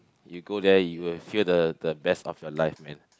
you go there you will feel the the best of your life man